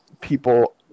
people